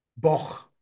boch